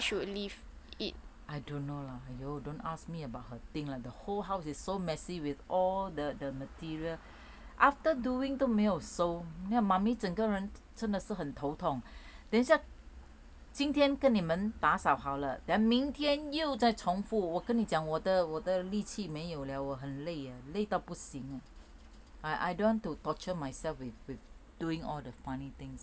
I don't know lah !aiyo! don't ask me about her thing lah the whole house is so messy with all the material after doing 都没有收 mummy 整个人真的是很头痛 等一下今天跟你们打扫好了 then 明天又再重复我跟你讲我的我的力气没有了我很累累得不行 I I don't want to torture myself with with doing all the funny things